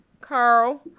Carl